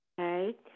okay